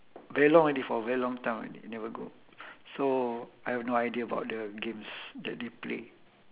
very long already for a very long time already never go so I have no idea about the games that they play